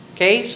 Okay